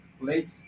late